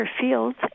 fields